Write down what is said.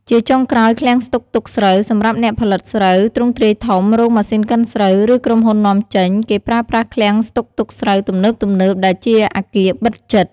ជាចុងក្រោយឃ្លាំងស្តុកទុកស្រូវ សម្រាប់អ្នកផលិតស្រូវទ្រង់ទ្រាយធំ រោងម៉ាស៊ីនកិនស្រូវ ឬក្រុមហ៊ុននាំចេញ គេប្រើប្រាស់ឃ្លាំងស្តុកទុកស្រូវទំនើបៗ ដែលជាអគារបិទជិត ។